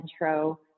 intro